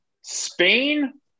Spain